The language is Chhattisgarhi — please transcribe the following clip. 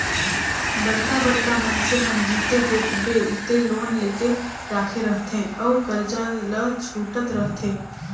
बड़का बड़का मइनसे मन जिते देखबे उते लोन लेके राखे रहथे अउ करजा ल छूटत रहथे